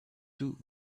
two